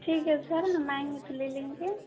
ठीक है सर हम आएँगे तो ले लेंगे